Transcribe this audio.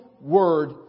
word